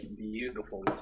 beautiful